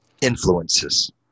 influences